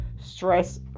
stress